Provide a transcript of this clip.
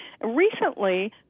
Recently